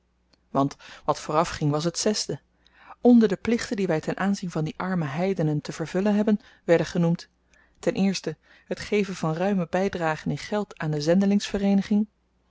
want wat voorafging was het zesde onder de plichten die wy ten aanzien van die arme heidenen te vervullen hebben werden genoemd het geven van ruime bydragen in geld aan de zendelingsvereeniging